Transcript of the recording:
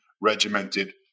regimented